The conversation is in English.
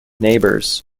neighbours